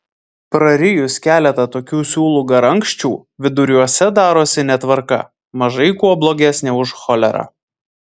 prarijus keletą tokių siūlų garankščių viduriuose darosi netvarka mažai kuo blogesnė už cholerą